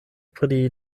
pri